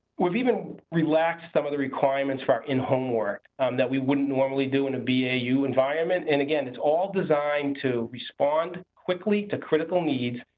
we've even relaxed some of the requirements for our in home work um we wouldn't normally do in a b a. u environment and, again, it's all designed to respond quickly to critical needs,